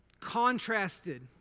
contrasted